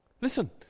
Listen